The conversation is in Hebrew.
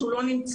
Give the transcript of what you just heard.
שהוא לא נמצא.